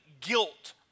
guilt